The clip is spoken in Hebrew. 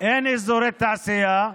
אין אזורי תעשייה,